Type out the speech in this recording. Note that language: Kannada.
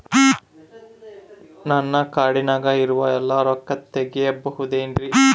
ನನ್ನ ಕಾರ್ಡಿನಾಗ ಇರುವ ಎಲ್ಲಾ ರೊಕ್ಕ ತೆಗೆಯಬಹುದು ಏನ್ರಿ?